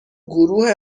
گروه